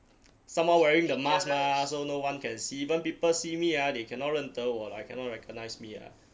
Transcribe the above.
someone wearing the mask mah so no one can see even people see me ah they cannot 认得我 like cannot recognize me ah